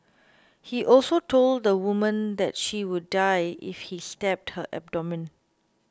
he also told the woman that she would die if he stabbed her abdomen